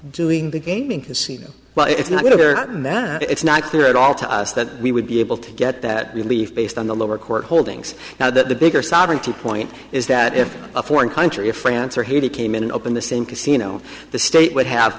doing the gaming casino well it's not going to be that it's not clear at all to us that we would be able to get that relief based on the lower court holdings now that the bigger sovereignty point is that if a foreign country or france or haiti came in and open the same casino the state would have